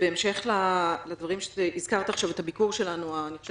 בהמשך לדברים - הזכרת עכשיו את הביקור שלנו החשוב